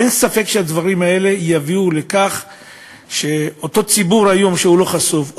אין ספק שהדברים האלה יביאו לכך שאותו ציבור שהיום הוא לא חשוף,